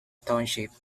township